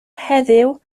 heddiw